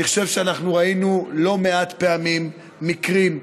אני חושב שאנחנו ראינו לא מעט פעמים מקרים,